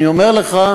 אני אומר לך,